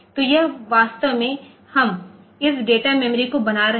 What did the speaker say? तो यह वास्तव में हम इस डेटा मेमोरी को बना रहे हैं